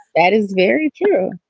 that is very true.